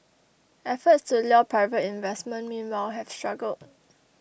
efforts to lure private investment meanwhile have struggled